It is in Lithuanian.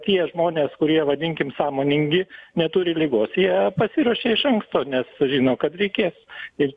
tie žmonės kurie vadinkim sąmoningi neturi ligos jie pasiruošia iš anksto nes žino kad reikės ir